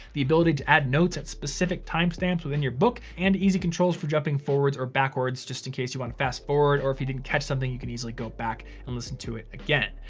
the ability to add notes at specific timestamps within your book and easy controls for jumping forwards or backwards, just in case you wanna fast forward or if you didn't catch something, you can easily go back and listen to it again.